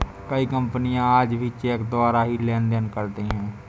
कई कपनियाँ आज भी चेक द्वारा ही लेन देन करती हैं